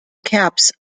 caps